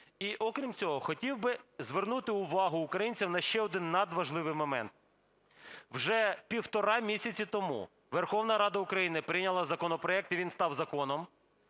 І окрім цього хотів звернути увагу українців на ще один надважливий момент. Вже півтора місяця тому Верховна Рада України прийняла законопроект і він став законом